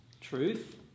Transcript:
truth